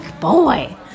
boy